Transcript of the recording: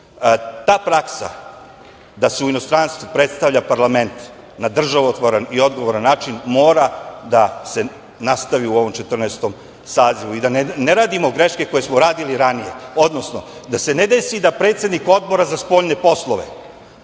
Ta praksa da se u inostranstvu predstavlja parlament na državotvoran i odgovoran način mora da se nastavi u ovom Četrnaestom sazivu i da ne pravimo greške koje smo pravili ranije, odnosno da se ne desi da predsednik Odbora za spoljne poslove